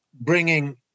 bringing